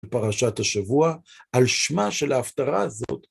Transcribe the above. פרשת השבוע על שמה של ההפטרה הזאת